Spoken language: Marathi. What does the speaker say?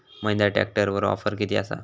महिंद्रा ट्रॅकटरवर ऑफर किती आसा?